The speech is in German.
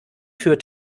für